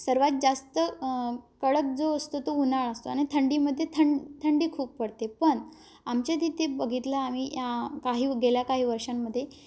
सर्वात जास्त कडक जो असतो तो उन्हाळा असतो आणि थंडीमध्ये थंड थंडी खूप पडते पण आमच्या तिथे बघितलं आम्ही या काही गेल्या काही वर्षांमध्ये